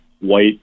white